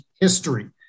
history